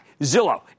Zillow